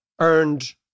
earned